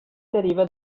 deriva